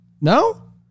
No